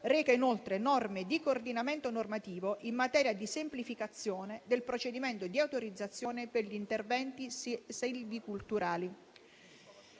reca inoltre norme di coordinamento normativo in materia di semplificazione del procedimento di autorizzazione per gli interventi selvicolturali.